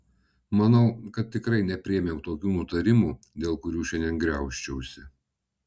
manau kad tikrai nepriėmiau tokių nutarimų dėl kurių šiandien graužčiausi